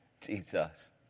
Jesus